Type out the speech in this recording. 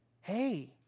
Hey